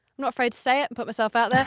not afraid to say it, put myself out